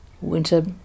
winter